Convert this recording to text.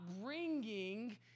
bringing